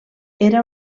era